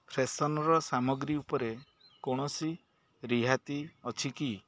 ଫ୍ୟାସନ୍ର ସାମଗ୍ରୀ ଉପରେ କୌଣସି ରିହାତି ଅଛି କି